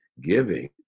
giving